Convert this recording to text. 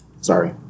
sorry